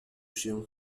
się